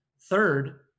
third